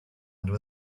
where